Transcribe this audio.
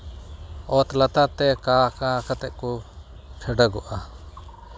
ᱚᱛ ᱞᱟᱛᱟᱨ ᱛᱮ ᱠᱟᱻ ᱠᱟᱻ ᱠᱟᱛᱮᱫ ᱠᱚ ᱯᱷᱮᱰᱚᱜᱚᱜᱼᱟ